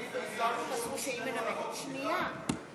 אני ועיסאווי רשומים שנינו על החוק, סליחה.